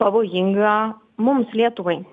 pavojinga mums lietuvai